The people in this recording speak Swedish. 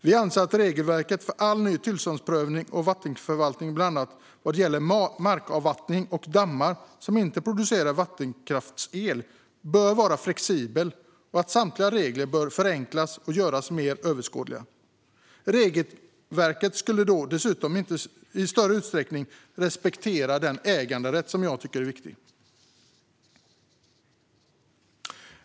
Vi anser att regelverket för all ny tillståndsprövning och vattenförvaltning, bland annat vad gäller markavvattning och dammar som inte producerar vattenkraftsel, bör vara flexibelt och att samtliga regler bör förenklas och göras mer överskådliga. Regelverket skulle då dessutom i större utsträckning respektera den äganderätt som jag tycker är viktig.